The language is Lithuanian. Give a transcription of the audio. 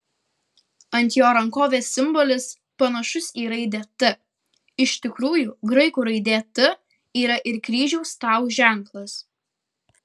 ant jo rankovės simbolis panašus į raidę t iš tikrųjų graikų raidė t yra ir kryžiaus tau ženklas